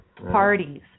parties